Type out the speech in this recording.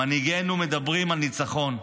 מנהיגנו מדברים על ניצחון.